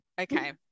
okay